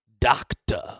doctor